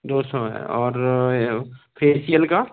दो सौ है और फेसियल का